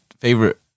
favorite